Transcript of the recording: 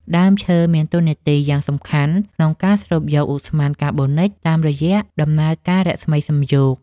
ដើមឈើមានតួនាទីយ៉ាងសំខាន់ក្នុងការស្រូបយកឧស្ម័នកាបូនិកតាមរយៈដំណើរការរស្មីសំយោគ។